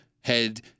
had-